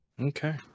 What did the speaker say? Okay